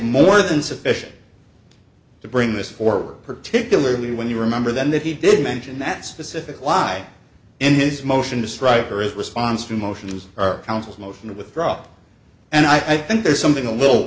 more than sufficient to bring this forward particularly when you remember then that he did mention that specific line in his motion to strike or is response to motions or counsel's motion to withdraw and i think there's something a little